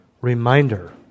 reminder